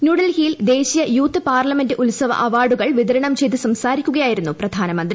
ന്യൂഡൽഹിയിൽ ദേശീയ youth parliament ഉത്സവ അവാർഡുകൾ വിതരണം ചെയ്ത് സംസാരിക്കുകയായിരുന്നു പ്രധാനമന്ത്രി